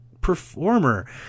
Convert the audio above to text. performer